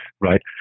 right